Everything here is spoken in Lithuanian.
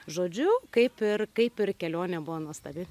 žodžiu kaip ir kaip ir kelionė buvo nuostabi